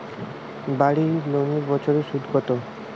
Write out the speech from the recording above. বাড়ি লোনের বছরে সুদ কত?